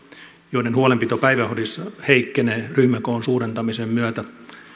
joiden huolenpito päiväkodissa heikkenee ryhmäkoon suurentamisen myötä